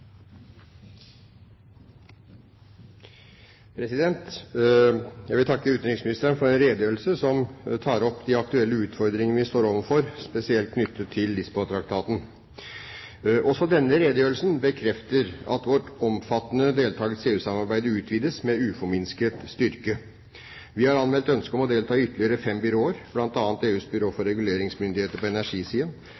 omme. Jeg vil takke utenriksministeren for en redegjørelse som tar opp de aktuelle utfordringene vi står overfor, spesielt knyttet til Lisboa-traktaten. Også denne redegjørelsen bekrefter at vår omfattende deltakelse i EU-samarbeidet utvides med uforminsket styrke. Vi har anmeldt ønske om å få delta i ytterligere fem byråer, bl.a. EUs byrå for